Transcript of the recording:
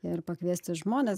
ir pakviesti žmones